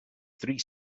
three